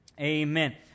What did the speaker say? Amen